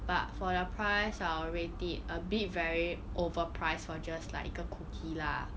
but for the price I would rate it a bit very overprice for just like 一个 cookie lah